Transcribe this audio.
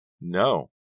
No